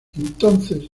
entonces